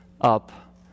up